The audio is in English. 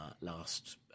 last